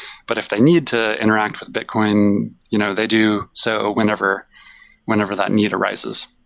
but if they need to interact with bitcoin, you know they do so whenever whenever that need arises